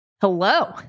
Hello